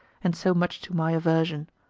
and so much to my aversion.